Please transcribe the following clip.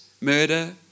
murder